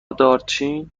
دارچین